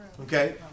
Okay